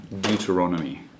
Deuteronomy